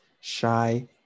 Shy